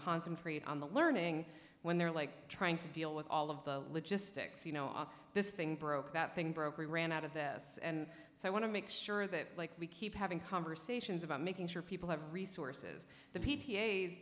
concentrate on the learning when they're like trying to deal with all of the logistics you know on this thing broke that thing broke we ran out of this and so i want to make sure that we keep having conversations about making sure people have resources the p